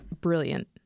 brilliant